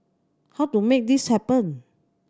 how to make this happen